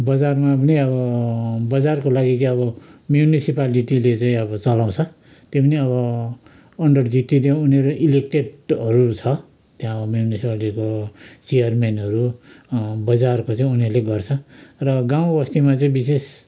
बजारमा पनि अब बजारको लागि चाहिँ अब म्युनिसिपालिटीले चाहिँ अब चलाउँछ त्यो पनि अब अन्डर जिटिए नै हो उनीहरू इलेक्टेडहरू छ त्यहाँ म्युनिसिप्याटिको चियरमेनहरू बजारको चाहिँ उनीहरूले गर्छ र गाउँ बस्तीमा चाहिँ विशेष